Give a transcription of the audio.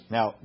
Now